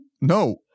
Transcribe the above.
No